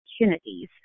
opportunities